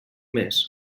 més